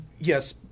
Yes